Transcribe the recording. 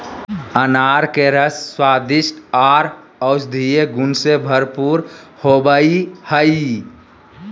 अनार के रस स्वादिष्ट आर औषधीय गुण से भरपूर होवई हई